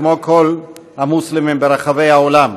כמו כל המוסלמים ברחבי העולם.